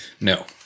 No